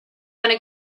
wanna